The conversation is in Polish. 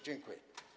Dziękuję.